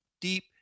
deep